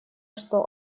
что